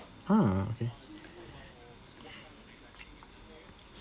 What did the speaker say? ha okay